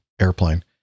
airplane